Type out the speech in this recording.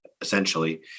essentially